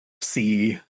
see